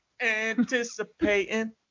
Anticipating